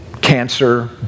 cancer